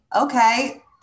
okay